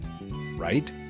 right